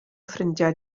ffrindiau